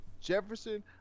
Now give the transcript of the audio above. Jefferson